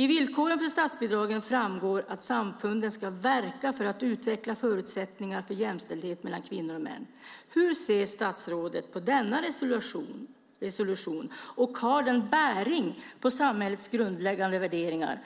Ur villkoren för statsbidragen framgår att samfunden ska verka för att utveckla förutsättningar för jämställdhet mellan kvinnor och män. Hur ser statsrådet på denna resolution? Har den bäring på samhällets grundläggande värderingar?